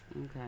Okay